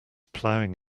plowing